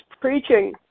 preaching